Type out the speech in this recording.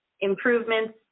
improvements